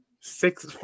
six